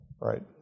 right